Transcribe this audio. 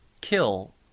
kill